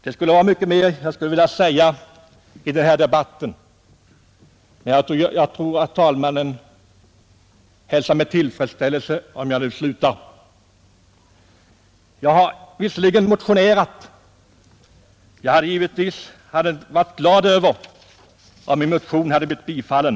Jag skulle vilja säga mycket mer i denna debatt, men jag tror att herr talmannen med hänsynstagande till den långa debatten ser med välbehag att jag nu slutar. Jag har visserligen motionerat och hade givetvis varit glad om min motion hade blivit bifallen.